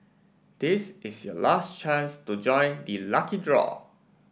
this is your last chance to join the lucky draw